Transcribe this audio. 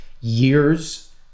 years